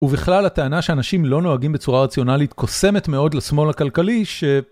ובכלל הטענה שאנשים לא נוהגים בצורה רציונלית קוסמת מאוד לשמאל הכלכלי ש...